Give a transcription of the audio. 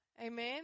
Amen